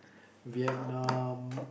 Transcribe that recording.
Vietnam